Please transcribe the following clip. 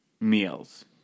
meals